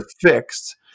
fixed